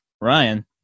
Ryan